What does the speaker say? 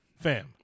fam